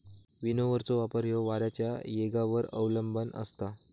विनोव्हरचो वापर ह्यो वाऱ्याच्या येगावर अवलंबान असता